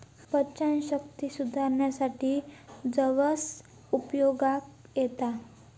पचनशक्ती सुधारूसाठी जवस उपयोगाक येता